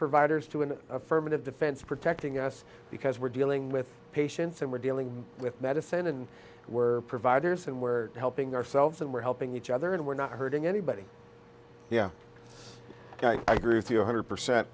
providers to an affirmative defense protecting us because we're dealing with patients and we're dealing with medicine and we're providers and we're helping ourselves and we're helping each other and we're not hurting anybody yeah i grew to one hundred percent